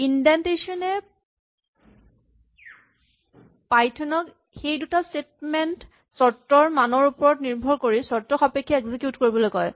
indentation এ Python ক সেই দুটা স্টেটমেন্ট চৰ্তৰ মানৰ ওপৰত নিৰ্ভৰ কৰি চৰ্তসাপেক্ষে এক্সিকিউট কৰিবলৈ কয়